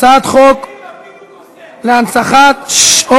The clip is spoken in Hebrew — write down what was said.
הצעת חוק להנצחת, יאיר לפיד הוא קוסם, הוא נעלם.